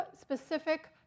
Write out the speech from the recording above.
specific